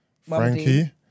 Frankie